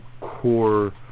core